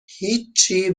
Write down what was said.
هیچی